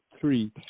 three